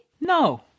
No